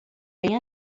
bem